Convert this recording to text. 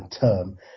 term